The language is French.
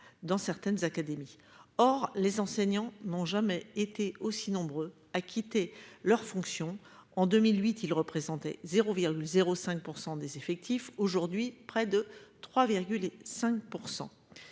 dans certaines académies. Or, les enseignants n'ont jamais été aussi nombreux à quitter leurs fonctions en 2008, il représentait 0,05% des effectifs aujourd'hui près de 3.